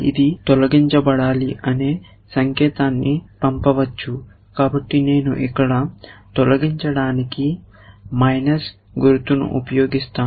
ఇది తొలగించబడాలి అనే సంకేతాన్ని పంపవచ్చు కాబట్టి నేను ఇక్కడ తొలగించడానికి మైనస్ గుర్తును ఉపయోగిస్తాను